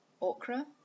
okra